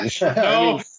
no